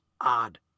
odd